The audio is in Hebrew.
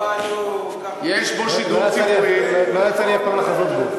אבל הוא כך, לא יצא לי אף פעם לחזות בו.